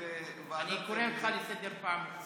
אני קורא אותך לסדר פעם ראשונה.